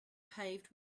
paved